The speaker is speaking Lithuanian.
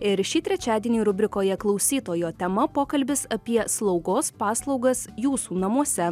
ir šį trečiadienį rubrikoje klausytojo tema pokalbis apie slaugos paslaugas jūsų namuose